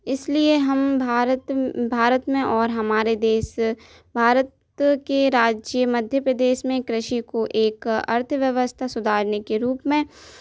इसलिए हम भारत भारत में और हमारे देश भारत के राज्य मध्य प्रदेश में कृषि को एक अर्थव्यवस्था सुधारने के रूप में